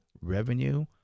revenue